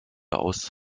aus